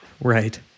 Right